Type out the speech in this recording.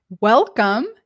Welcome